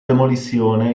demolizione